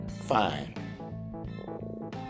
fine